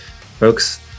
folks